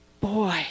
Boy